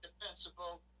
defensible